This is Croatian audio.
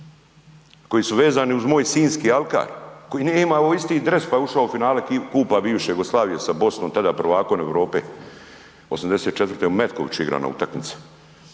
koji su vezani uz moj sinjski alkar, koji nije imao isti dres, pa je ušao u finale kupa bivše Jugoslavije sa Bosnom, tada prvakom Europe, '84. u Metkoviću igrano na utakmici.